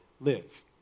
live